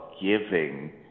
giving